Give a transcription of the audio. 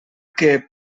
que